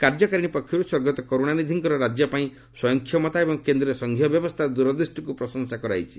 କାର୍ଯ୍ୟକାରିଣୀ ପକ୍ଷରୁ ସ୍ୱର୍ଗତ କରୁଣାନିଧିଙ୍କର ରାଜ୍ୟ ପାଇଁ ସ୍ୱୟଂକ୍ଷମତା ଏବଂ କେନ୍ଦ୍ରରେ ସଂଘୀୟ ବ୍ୟବସ୍ଥା ଦୂରଦୃଷ୍ଟିକୁ ପ୍ରଶଂସା କରାଯାଇଛି